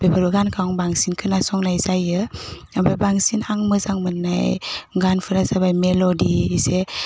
बेफोरो गानखौ आं बांसिन खोनासंनाय जायो ओमफ्राय बांसिन आं मोजां मोन्नाय गानफोरा जाबाय मेल'दि एसे